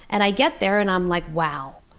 and i get there, and i'm like, wow.